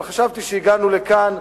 אבל חשבתי שהגענו לכאן,